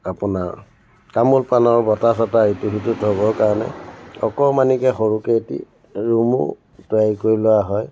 আপোনাৰ তামোল পানৰ বঁটা চটা ইটো সিটো থ'বৰ কাৰণে অকমাণিকৈ সৰুকৈ এটি ৰুমো তৈয়াৰি কৰি লোৱা হয়